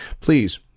please